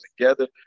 together –